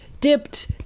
dipped